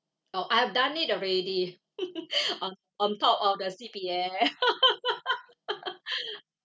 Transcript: oh I've done it already on on top of the C_P_F